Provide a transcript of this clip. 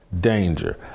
danger